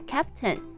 Captain